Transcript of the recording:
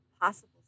possible